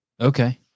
Okay